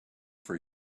for